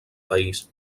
país